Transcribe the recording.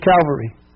Calvary